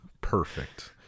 Perfect